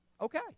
Okay